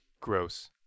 Gross